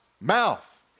mouth